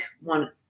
one